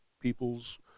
people's